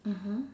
mmhmm